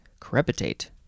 Crepitate